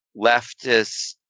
leftist